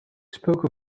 spoke